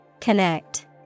Connect